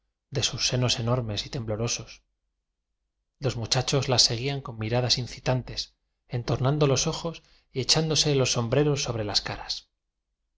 de sus senos enormes y tem blorosos los muchachos las seguían con miradas incitantes entornando los ojos y echándose los sombreros sobre las caras